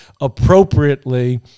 appropriately